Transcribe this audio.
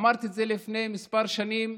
אמרתי את זה לפני כמה שנים,